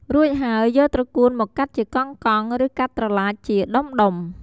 រួចហើយ យកត្រកួនមកកាត់ជាកង់ៗ ឬកាត់ត្រឡាចជាដុំៗ។